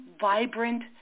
vibrant